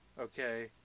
okay